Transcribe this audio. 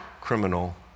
criminal